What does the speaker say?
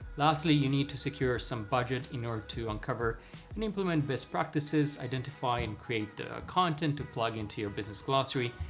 lastly, you need to secure some budget in order to uncover and implement best practices, identify and create the content to plug into your business glossary,